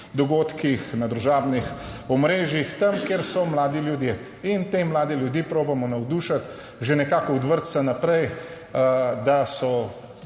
na družabnih omrežjih, tam, kjer so mladi ljudje in te mlade ljudi probamo navdušiti že nekako od vrtca naprej, da so